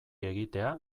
egitea